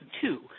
two